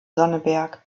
sonneberg